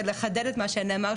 ולחדד את מה שנאמר,